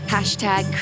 Hashtag